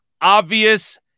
obvious